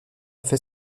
fait